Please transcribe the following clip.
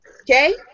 Okay